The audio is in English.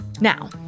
Now